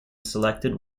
selected